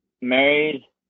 married